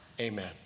Amen